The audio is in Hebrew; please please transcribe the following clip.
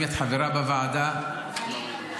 אם את חברה בוועדה --- אני חברה בוועדה.